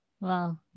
Wow